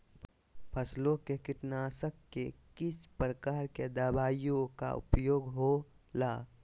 फसलों के कीटनाशक के किस प्रकार के दवाइयों का उपयोग हो ला?